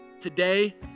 Today